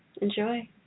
Enjoy